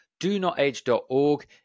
DoNotAge.org